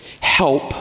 help